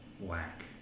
Whack